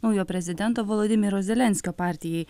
naujo prezidento vladimiro zelenskio partijai